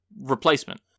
replacement